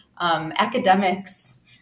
academics